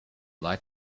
like